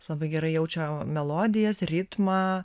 jis labai gerai jaučia melodijas ritmą